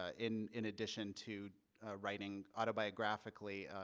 ah in in addition to writing autobiographically,